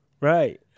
right